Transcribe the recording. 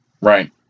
Right